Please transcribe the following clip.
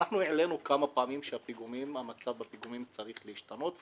ואנחנו העלינו כמה פעמים שהמצב בפיגומים צריך להשתנות ולהשתפר.